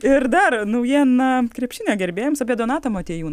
ir dar naujiena krepšinio gerbėjams apie donatą motiejūną